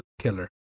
killer